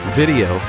video